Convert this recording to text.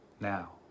now